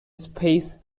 space